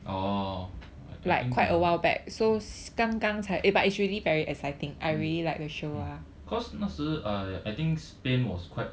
orh I think 没有 mm mm cause 那时 I think spain was quite